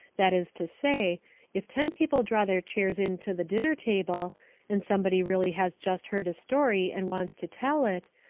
that is to say if ten people draw their chairs in to the dinner table and somebody really has just heard a story and wants to tell it,